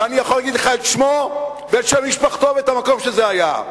ואני יכול להגיד לך את שמו ואת שם משפחתו ואת המקום שזה היה.